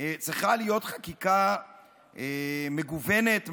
צריכה להיות חקיקה מגוונת,